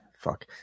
fuck